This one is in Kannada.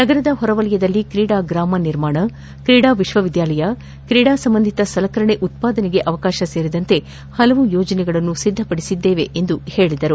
ನಗರದ ಹೊರವಲಯದಲ್ಲಿ ತ್ರೀಡಾ ಗ್ರಾಮ ನಿರ್ಮಾಣ ತ್ರೀಡಾ ವಿಶ್ವವಿದ್ಯಾಲಯ ತ್ರೀಡಾ ಸಂಬಂಧಿತ ಸಲಕರಣೆ ಉತ್ಪಾದನೆಗೆ ಅವಕಾಶ ಸೇರಿದಂತೆ ಹಲವು ಯೋಜನೆಗಳನ್ನು ಸಿದ್ದಪಡಿಸಿದ್ದೇವೆ ಎಂದು ಹೇಳದರು